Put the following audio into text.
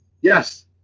Yes